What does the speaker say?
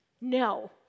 No